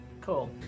Cool